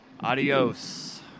Adios